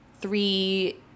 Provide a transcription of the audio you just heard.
three